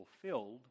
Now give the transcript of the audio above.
fulfilled